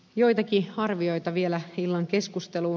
joitakin arvioita vielä illan keskusteluun